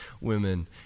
women